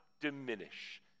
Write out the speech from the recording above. diminish